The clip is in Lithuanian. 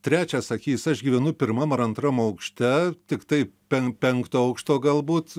trečią sakys aš gyvenu pirmamar antram aukšte tiktai pen penkto aukšto galbūt